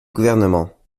gouvernement